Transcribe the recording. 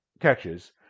catches